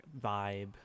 vibe